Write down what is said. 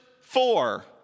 four